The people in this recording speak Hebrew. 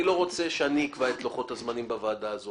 אני לא רוצה שאני אקבע את לוחות הזמנים בוועדה הזאת.